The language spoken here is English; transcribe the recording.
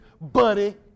buddy